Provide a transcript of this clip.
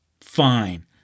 Fine